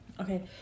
okay